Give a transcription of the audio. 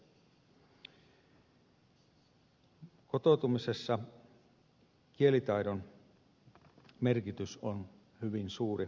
kotoutumisessa kielitaidon merkitys on hyvin suuri